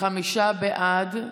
חמישה בעד.